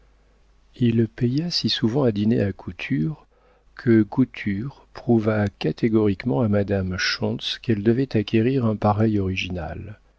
il paya si souvent à dîner à couture que couture prouva catégoriquement à madame schontz qu'elle devait acquérir un pareil original